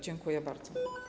Dziękuję bardzo.